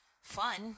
fun